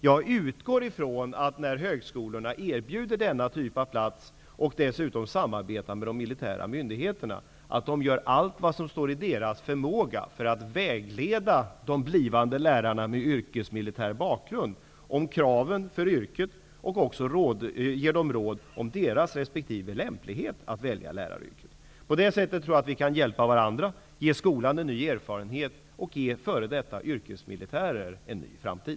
Jag utgår ifrån att högskolorna när de erbjuder denna typ av platser och dessutom samarbetar med de militära myndigheterna gör allt vad som står i deras förmåga för att vägleda de blivande lärarna med yrkesmilitär bakgrund om kraven för yrket och även ger dem råd om deras lämplighet att välja läraryrket. På det sättet tror jag att vi kan hjälpa varandra, ge skolan en ny erfarenhet och ge f.d. yrkesmilitärer en ny framtid.